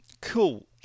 Cool